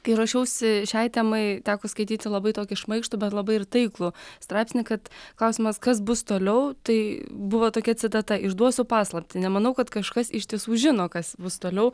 kai ruošiausi šiai temai teko skaityti labai tokį šmaikštų bet labai ir taiklų straipsnį kad klausimas kas bus toliau tai buvo tokia citata išduosiu paslaptį nemanau kad kažkas iš tiesų žino kas bus toliau